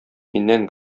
миннән